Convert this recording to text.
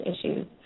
issues